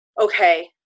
okay